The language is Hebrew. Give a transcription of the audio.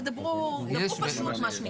תדברו פשוט, מה שנקרא.